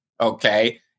okay